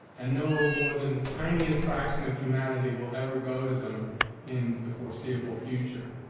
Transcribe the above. and no more than the tiniest fraction of humanity will ever go to them in the foreseeable future,